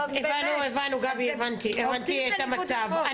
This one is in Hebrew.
הבנתי את המצב.